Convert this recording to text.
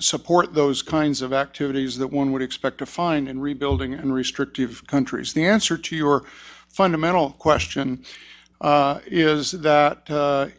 support those kinds of activities that one would expect to find in rebuilding and restrictive countries the answer to your fundamental question is that